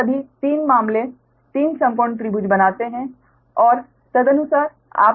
ये सभी 3 मामले 3 समकोण त्रिभुज बनाते हैं और तदनुसार आप गणना करते हैं